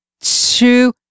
two